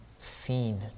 Seen